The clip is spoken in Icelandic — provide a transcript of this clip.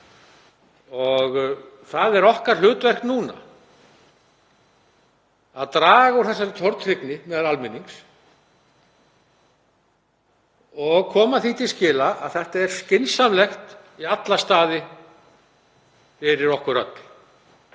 Það er okkar hlutverk núna að draga úr tortryggni meðal almennings og koma því til skila að þetta er skynsamlegt í alla staði fyrir okkur öll,